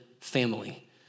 family